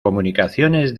comunicaciones